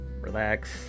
relax